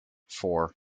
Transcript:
four